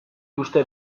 uste